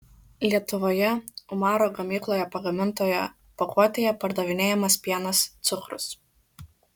lietuvoje umaro gamykloje pagamintoje pakuotėje pardavinėjamas pienas cukrus